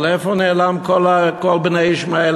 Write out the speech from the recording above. אבל איפה נעלמו כל בני ישמעאל?